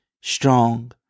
strong